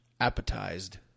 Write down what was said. appetized